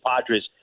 Padres